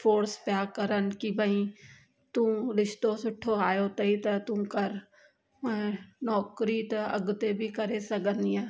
force पिया कनि की भई तू रिश्तो सुठो आयो अथई त तूं करि ऐं नौकिरी त अॻिते बि करे सघंदीअं